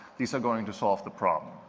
these are going to solve the problem.